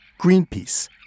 Greenpeace